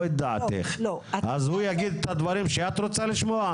לא את דעתך אז הוא יגיד את הדברים שאת רוצה לשמוע?